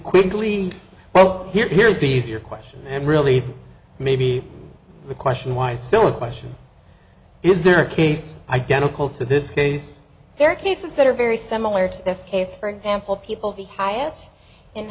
quickly well here here's the easier question and really maybe the question why it's still a question is there a case identical to this case there are cases that are very similar to this case for example people the highest and